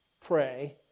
pray